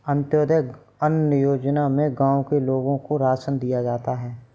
अंत्योदय अन्न योजना में गांव के लोगों को राशन दिया जाता है